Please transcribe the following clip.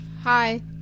Hi